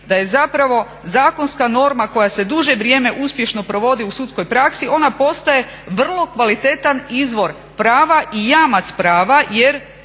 da je zapravo zakonska norma koja se duže vrijeme uspješno provodi u sudskoj praksi ona postoji vrlo kvalitetan izvor prava i jamac prava jer